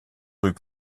rues